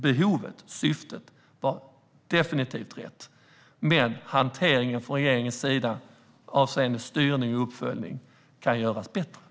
Behovet och syftet var definitivt rätt, men regeringens hantering avseende styrning och uppföljning kan göras bättre.